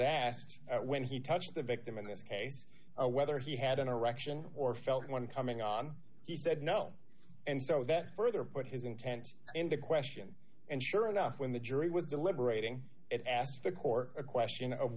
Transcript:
asked when he touched the victim in this case whether he had an erection or felt one coming on he said no and so that further put his intent in the question and sure enough when the jury was deliberating it asked the court a question of